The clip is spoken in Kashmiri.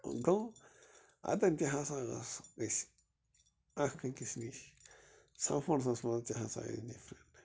گوٚو اَتیٚن تہِ ہسا ٲس أسۍ اَکھ أکِس نِش سپورڑسَس منٛز تہِ ہسا ٲسۍ ڈِفرنٛٹ